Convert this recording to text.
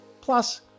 plus